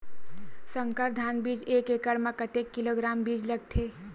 संकर धान बीज एक एकड़ म कतेक किलोग्राम बीज लगथे?